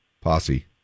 Posse